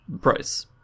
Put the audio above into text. price